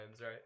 right